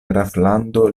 graflando